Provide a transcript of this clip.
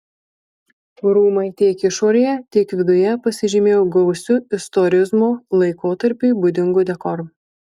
rūmai tiek išorėje tiek viduje pasižymėjo gausiu istorizmo laikotarpiui būdingu dekoru